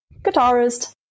guitarist